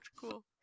cool